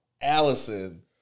Allison